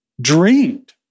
dreamed